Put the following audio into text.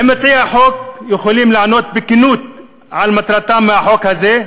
האם מציעי החוק יכולים לענות בכנות על מטרתם בחוק הזה?